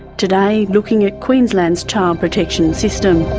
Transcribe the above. today looking at queensland's child protection system.